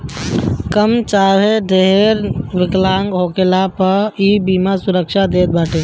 कम चाहे ढेर विकलांग होखला पअ इ बीमा सुरक्षा देत बाटे